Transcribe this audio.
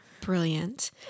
brilliant